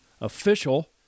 official